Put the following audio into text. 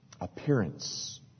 Appearance